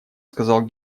сказал